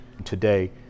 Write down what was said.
today